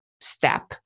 step